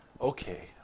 Okay